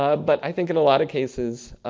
um but i think in a lot of cases,